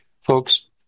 Folks